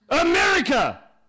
America